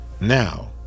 Now